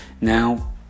Now